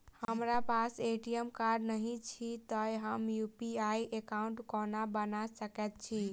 हमरा पास ATM card नहि अछि तए हम यु.पी.आई एकॉउन्ट कोना बना सकैत छी